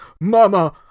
Mama